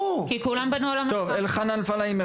כי כולם בנו על --- טוב אלחנן פלהיימר